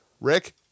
Rick